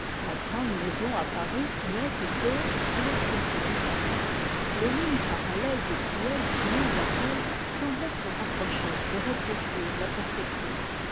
la grande maison apparut muette et close à l'autre bout du jardin les lignes parallèles des tilleuls fuyant vers elle semblaient se rapprocher et rétrécir la perspective